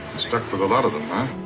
stuck with a lot of them, huh?